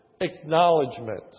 acknowledgement